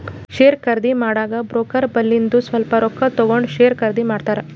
share ಖರ್ದಿ ಮಾಡಾಗ broker ಬಲ್ಲಿಂದು ಸ್ವಲ್ಪ ರೊಕ್ಕಾ ತಗೊಂಡ್ ಶೇರ್ ಖರ್ದಿ ಮಾಡ್ತಾರ್